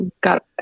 got